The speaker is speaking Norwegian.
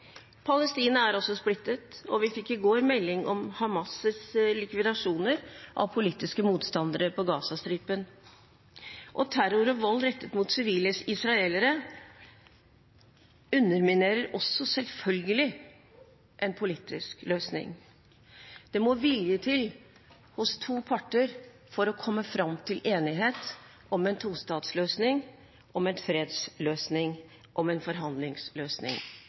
Palestina er også splittet, og vi fikk i går melding om Hamas’ likvidasjoner av politiske motstandere på Gazastripen. Terror og vold rettet mot sivile israelere underminerer også selvfølgelig en politisk løsning. Det må vilje til hos to parter for å komme fram til enighet om en tostatsløsning, en fredsløsning og en forhandlingsløsning.